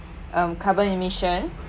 um carbon emission